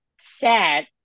sad